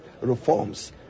reforms